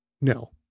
No